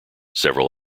several